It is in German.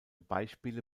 beispiele